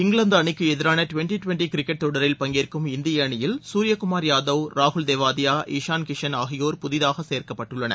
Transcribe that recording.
இங்கிலாந்து அணிக்கு எதிரான twenty twenty cricket தொடரில் பங்கேற்கும் இந்திய அணியில் சூர்ய குமார் யாதவ் ராகுல் தெவாதியா இஷான் கிஷன் ஆகியோர் புதிதாக சேர்க்கப்பட்டுள்ளனர்